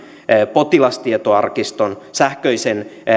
potilastietoarkiston sähköisen